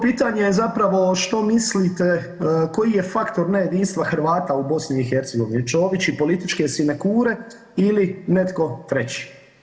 Pitanje je zapravo što mislite koji je faktor nejedinstva Hrvata u BiH, Čović i političke sinekure ili netko treći?